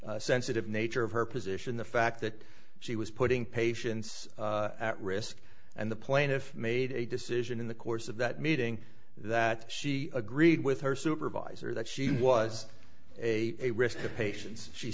safety sensitive nature of her position the fact that she was putting patients at risk and the plaintiff made a decision in the course of that meeting that she agreed with her supervisor that she was a